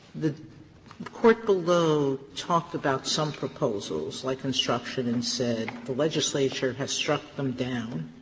the court below talked about some proposals like construction and said the legislature has struck them down.